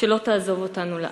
שלא תעזוב אותנו לעד.